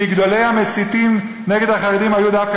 כי גדולי המסיתים נגד החרדים היו דווקא